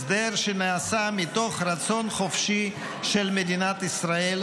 הסדר שנעשה מתוך רצון חופשי של מדינת ישראל,